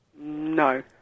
No